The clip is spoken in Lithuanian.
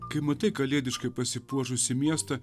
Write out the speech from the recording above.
kai matai kalėdiškai pasipuošusį miestą